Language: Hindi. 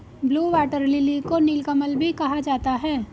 ब्लू वाटर लिली को नीलकमल भी कहा जाता है